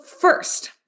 first